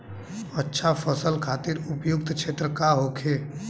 अच्छा फसल खातिर उपयुक्त क्षेत्र का होखे?